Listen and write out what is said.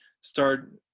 start